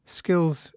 skills